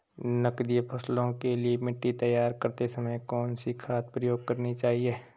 नकदी फसलों के लिए मिट्टी तैयार करते समय कौन सी खाद प्रयोग करनी चाहिए?